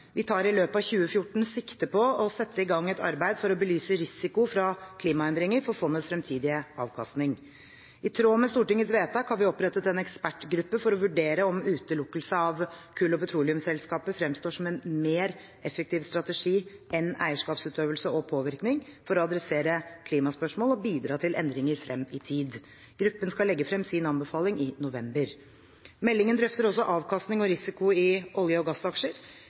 Vi tar i løpet av 2014 sikte på å sette i gang et arbeid for å belyse risiko fra klimaendringer for fondets fremtidige avkastning. I tråd med Stortingets vedtak har vi opprettet en ekspertgruppe for å vurdere om utelukkelse av kull- og petroleumselskaper fremstår som en mer effektiv strategi enn eierskapsutøvelse og påvirkning for å adressere klimaspørsmål og bidra til endringer frem i tid. Gruppen skal legge frem sin anbefaling i november. Meldingen drøfter også avkastning og risiko i olje- og gassaksjer.